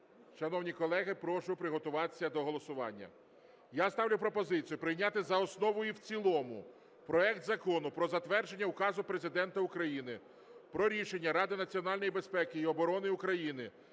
Шановні колеги, прошу приготуватися до голосування. Я ставлю пропозицію прийняти за основу і в цілому проект Закону про затвердження Указу Президента України "Про рішення Ради національної безпеки і оборони України